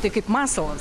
tai kaip masalas